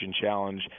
challenge